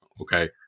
Okay